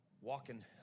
Walking